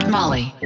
Molly